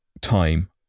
time